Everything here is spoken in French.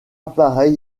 appareil